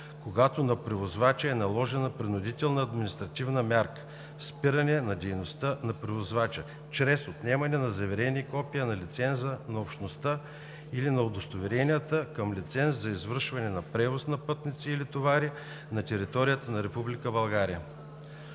когато на превозвача е наложена принудителна административна мярка „спиране на дейността на превозвача“ чрез отнемане на заверените копия на лиценза на Общността или на удостоверенията към лиценз за извършване на превоз на пътници или товари на територията на